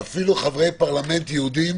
אפילו חברי פרלמנט יהודים